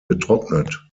getrocknet